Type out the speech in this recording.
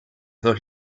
dos